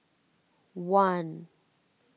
one